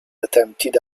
attempted